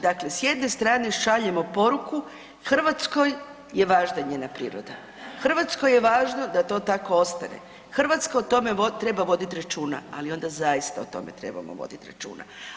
Dakle, s jedne strane šaljemo poruku Hrvatskoj je važna njena priroda, Hrvatskoj je važno da to tako ostane, Hrvatska o tome treba voditi računa, ali onda zaista o tome trebamo voditi računa.